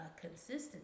consistency